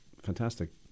Fantastic